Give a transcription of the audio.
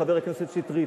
חבר הכנסת שטרית,